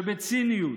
שבציניות,